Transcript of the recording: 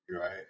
right